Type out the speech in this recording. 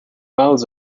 miles